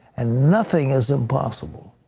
and nothing is impossible.